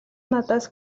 надаас